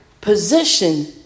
position